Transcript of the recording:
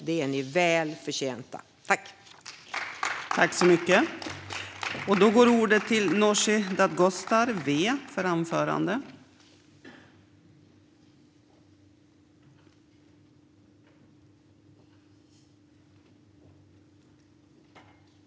Det är ni väl förtjänta av.